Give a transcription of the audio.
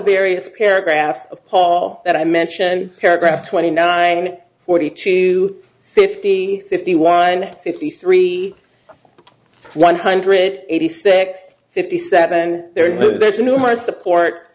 various paragraphs of paul that i mention paragraph twenty nine forty two fifty fifty one fifty three one hundred eighty six fifty seven and there's numerous support